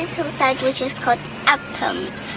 and so sandwiches called atoms.